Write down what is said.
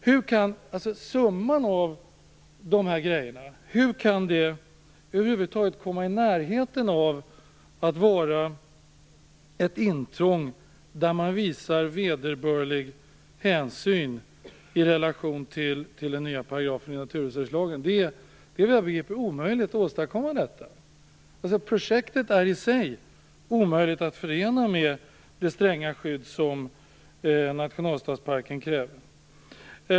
Hur kan summan av dessa åtgärder över huvud taget komma i närheten av att vara ett intrång där man visar vederbörlig hänsyn i relation till den nya paragrafen i naturresurslagen? Det är enligt vad jag förstår omöjligt att åstadkomma detta. Projektet är i sig omöjligt att förena med det stränga skydd som nationalstadsparken kräver.